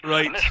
Right